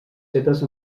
fetes